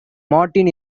martin